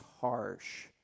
harsh